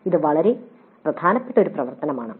ഇത് വളരെ പ്രധാനപ്പെട്ട ഒരു പ്രവർത്തനമാണ്